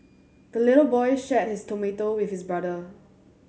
the little boy shared his tomato with his brother